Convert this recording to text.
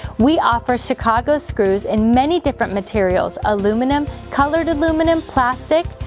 we offer chicago screws in many different materials aluminum, colored aluminum, plastic,